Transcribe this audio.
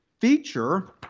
feature